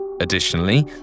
Additionally